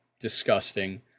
disgusting